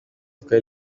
twari